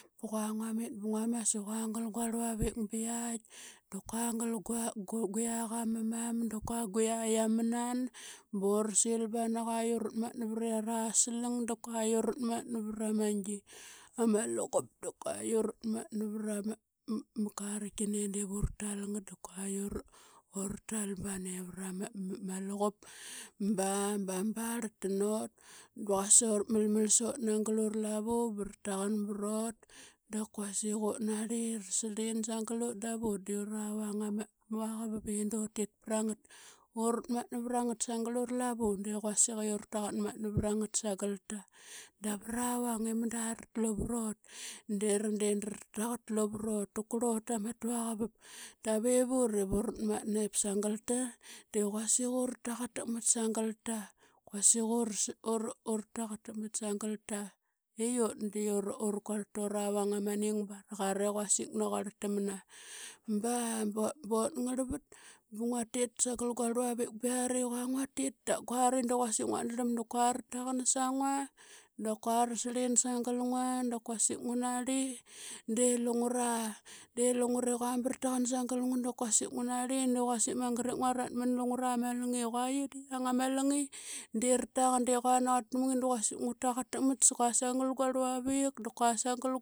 Bana ngnamit bngra mas qna gal guarluavik biaitk da qna ngal ga guiak ama mam, da gnia yia mnan, barsil bana quarat matna vriara slang, da qua urat matna vrama ngi, ama luqup. da uratm-atna vrama kartkina indip uratal gat. Da uratal bana evrama luqup ba bama barlta not, bqasa mlml sot nangl urlavu bratqn biot da qnasik utnarli. Rsrlin da vut dio ravang amua qarp edo tit prangat urtmatna vrangt sangl urlavn amua qarp edo tit prangat urtmatna vrangt sangl urlavn. Quasik urtaqt matna vrangt sangl ta da vrarang imda rtlu vrot dera de rtlu vrot. Tqrlot tama tuaqarp davevut ivrat matna vrangt sangl ta de quasik ura taqtk mat sangl ta, int dio rquarl to ravang ama ning barqara i quasik naquar tamna. Ba bot ngarvat bnguatit sangl guarluavik biari qua nguatit, da nguari de quasik nguat darlam da quarq taqan sangua, da qua rsrlim sangl ngua, da qnasik ngn narli de lungra. De lungre qnara taqan sangl da quasik ngunari de quasik mangat, nguarat mnlunara malngi qua yia ama lingi de rtaqn naquar tam ngua dqnasik ngna taqatak mat, qua sangl gua rluavik, da qua sangl.